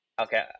Okay